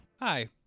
hi